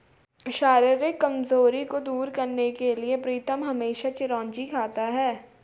शारीरिक कमजोरी को दूर करने के लिए प्रीतम हमेशा चिरौंजी खाता है